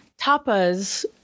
tapas